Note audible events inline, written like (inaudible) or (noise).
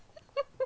(laughs)